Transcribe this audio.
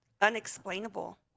unexplainable